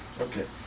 Okay